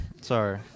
Sorry